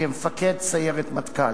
מפקד סיירת מטכ"ל.